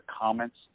comments